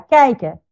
kijken